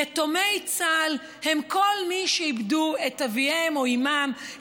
יתומי צה"ל הם כל מי שאיבדו את אביהם או אימם,